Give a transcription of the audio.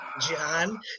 John